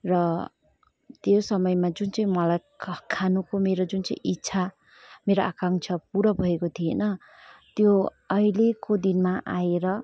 र त्यो समयमा जुन चाहिँ मलाई खा खानुको मेरो जुन चाहिँ इच्छा मेरो आकाङ्क्षा पुरा भएको थिएन त्यो अहिलेको दिनमा आएर